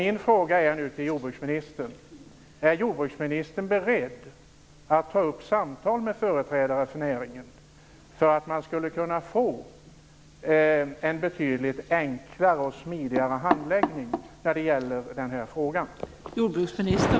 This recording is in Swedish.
Min fråga till jordbruksministern är: Är jordbruksministern beredd att ta upp samtal med företrädare för näringen för att få en betydligt enklare och smidigare handläggning när det gäller den här frågan?